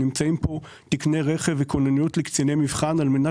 נמצאים פה תקני רכב וכוננות לקציני מבחן על מנת